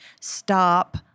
stop